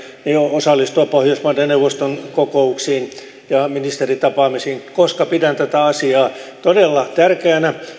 osallistua pohjoismaiden neuvoston kokouksiin ja ministeritapaamisiin koska pidän tätä asiaa todella tärkeänä